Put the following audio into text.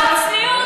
שלא יהיו,